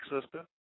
sister